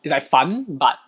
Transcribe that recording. is like fun but